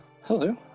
Hello